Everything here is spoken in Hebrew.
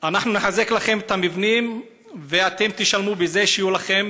נחזק לכם את המבנים ואתם תשלמו בזה שתהיה לכם